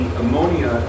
ammonia